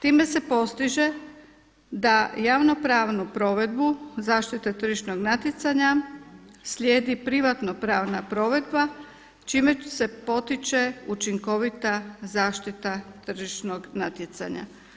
Time se postiže da javno-pravnu provedbu zaštite tržišnog natjecanja slijedi privatno-pravna provedba čime se potiče učinkovita zaštita tržišnog natjecanja.